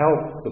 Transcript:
help